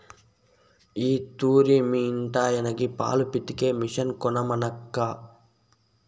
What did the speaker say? ఈ తూరి మీ ఇంటాయనకి పాలు పితికే మిషన్ కొనమనక్కా